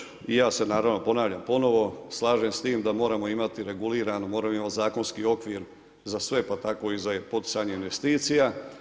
Kolega Vlaović i ja se naravno ponavljam ponovno slažem s tim da moramo imati regulirano moramo imati zakonski okvir za sve pa tako i za poticanje investicija.